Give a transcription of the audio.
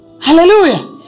Hallelujah